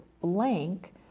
blank